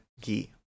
Ghee